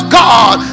god